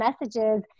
messages